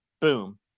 boom